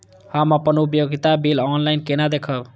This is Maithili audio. हम अपन उपयोगिता बिल ऑनलाइन केना देखब?